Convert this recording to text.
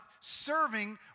serving